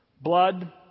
Blood